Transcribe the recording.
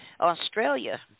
Australia